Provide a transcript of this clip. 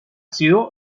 sido